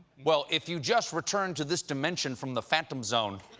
well, if you just returned to this dimension from the phantom zone,